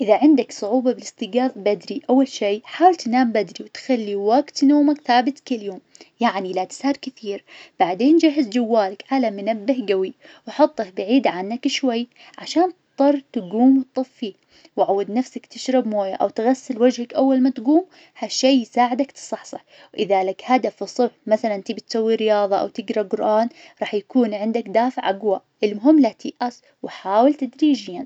إذا عندك صعوبة بالاستيقاظ بدري أول شي حاول تنام بدري، وتخلي وقت نومك ثابت كل يوم. يعني لا تسهر كثير، بعدين جهز جوالك على منبه قوي وحطه بعيد عنك شوي عشان تضطر تقوم وتطفيه، وعود نفسك تشرب مويه أو تغسل وجهك أول ما تقوم ها الشي يساعدك تصحصح، ولذلك هدف الصبح مثلا تبي تسوي رياضة أو تقرأ قرآن راح يكون عندك دافع أقوى، المهم لا تيأس وحاول تدريجيا.